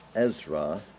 Ezra